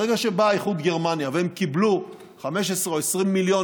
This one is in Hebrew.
ברגע שבא איחוד גרמניה והם קיבלו 15 או 20 מיליון